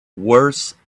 worse